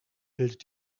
bildet